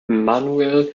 manuel